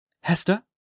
Hester